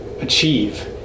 achieve